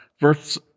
verse